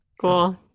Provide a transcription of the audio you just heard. cool